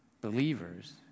believers